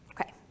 Okay